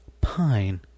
Pine